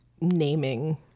naming